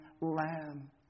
lamb